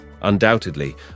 Undoubtedly